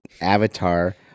Avatar